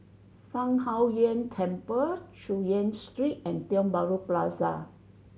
Fang Huo Yuan Temple Chu Yen Street and Tiong Bahru Plaza